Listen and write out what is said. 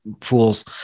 fools